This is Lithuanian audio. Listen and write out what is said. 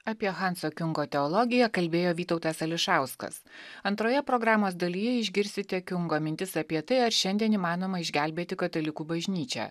apie hanso kiungo teologiją kalbėjo vytautas ališauskas antroje programos dalyje išgirsite kiungo mintis apie tai ar šiandien įmanoma išgelbėti katalikų bažnyčią